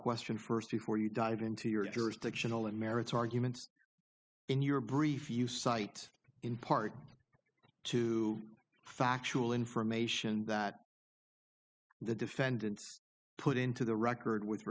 question first before you dive into your jurisdictional and merits arguments in your brief you cite in part two factual information that the defendant put into the record with